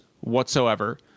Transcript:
whatsoever